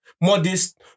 Modest